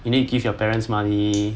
you need give your parents money